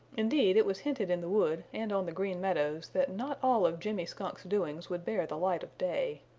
indeed, it was hinted in the wood and on the green meadows that not all of jimmy skunk's doings would bear the light of day.